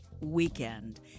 weekend